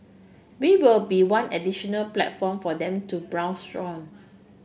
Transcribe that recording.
we will be one additional platform for them to browse on